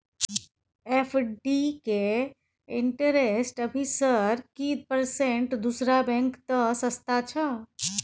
FD के interest अभी sir की परसेंट दूसरा बैंक त सस्ता छः?